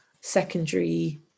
secondary